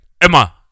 Emma